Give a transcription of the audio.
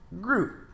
Groot